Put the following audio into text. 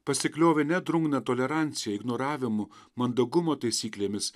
pasikliovė ne drungna tolerancija ignoravimu mandagumo taisyklėmis